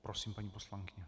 Prosím, paní poslankyně.